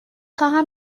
خواهم